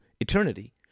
eternity